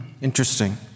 Interesting